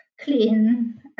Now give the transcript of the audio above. clean